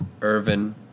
Irvin